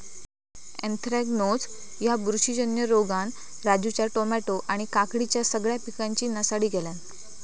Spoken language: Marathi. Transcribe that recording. अँथ्रॅकनोज ह्या बुरशीजन्य रोगान राजूच्या टामॅटो आणि काकडीच्या सगळ्या पिकांची नासाडी केल्यानं